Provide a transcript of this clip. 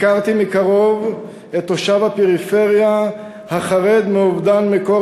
הכרתי מקרוב את תושב הפריפריה החרד מאובדן מקור